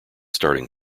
starting